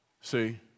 see